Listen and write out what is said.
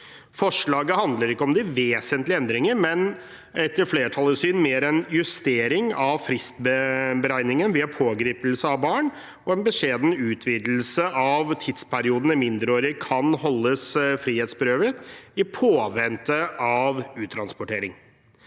Forslaget handler ikke om vesentlige endringer, men er etter flertallets syn mer en justering av fristberegningen ved pågripelse av barn og en beskjeden utvidelse av tidsperioden mindreårige kan holdes frihetsberøvet i påvente av uttransportering.